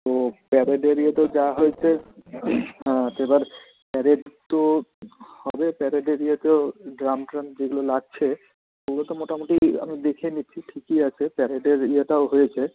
তো প্যারেডের ইয়েতে যা হয়েছে এবার প্যারেড তো হবে প্যারেডের ইয়েতে ও ড্রাম ট্রাম যেগুলো লাগছে সেগুলো তো মোটামুটি আমি দেখে নিচ্ছি ঠিকই আছে প্যারেডের ইয়েটাও হয়েছে